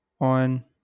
on